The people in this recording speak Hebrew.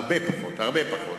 הרבה פחות,